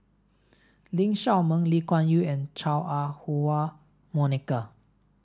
Lee Shao Meng Lee Kuan Yew and Chua Ah Huwa Monica